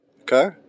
Okay